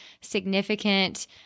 significant